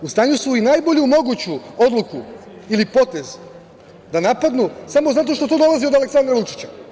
U stanju su i najbolju moguću odluku ili potez da napadnu samo zato što to dolazi od Aleksandra Vučića.